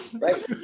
Right